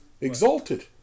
Exalted